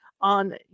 On